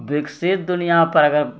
विकसित दुनियापर अगर बा